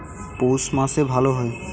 পৌষ মাসে ভালো হয়?